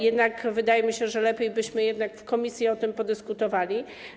Jednak wydaje mi się, że lepiej, żebyśmy jednak w komisji o tym podyskutowali.